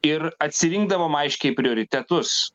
ir atsirinkdavom aiškiai prioritetus